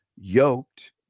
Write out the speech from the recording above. yoked